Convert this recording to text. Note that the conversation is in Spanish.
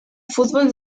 fútbol